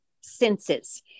senses